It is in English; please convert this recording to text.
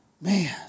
Man